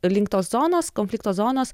link tos zonos konflikto zonos